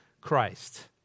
Christ